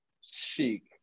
Chic